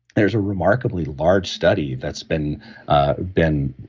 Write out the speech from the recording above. there's a remarkably large study that's been been